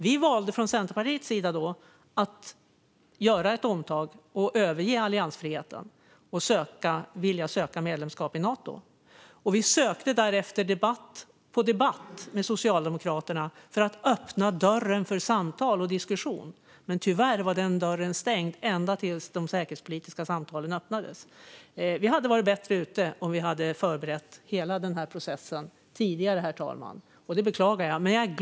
Vi valde då från Centerpartiets sida att göra ett omtag och överge alliansfriheten. Vi ville söka medlemskap i Nato. Vi sökte därefter debatt på debatt med Socialdemokraterna för att öppna dörren för samtal och diskussion, men tyvärr var den dörren stängd ända tills de säkerhetspolitiska samtalen öppnades. Det hade varit bättre om vi hade förberett hela denna process tidigare, herr talman. Jag beklagar att det inte gjordes.